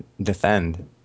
defend